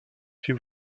few